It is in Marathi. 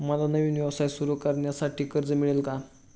मला नवीन व्यवसाय सुरू करण्यासाठी कर्ज मिळेल का?